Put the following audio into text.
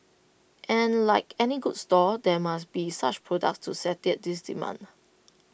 and like any good store there must be such products to satiate this demand